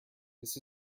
this